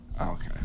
okay